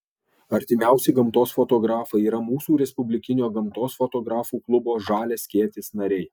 artimiausi gamtos fotografai yra mūsų respublikinio gamtos fotografų klubo žalias skėtis nariai